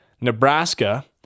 Nebraska